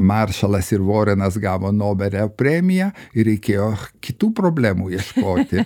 maršalas ir vorenas gavo nobelio premiją ir reikėjo kitų problemų ieškoti